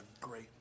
great